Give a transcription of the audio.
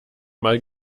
mal